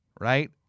right